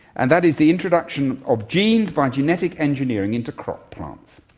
and that is the introduction of genes by genetic engineering into crop plants.